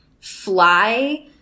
fly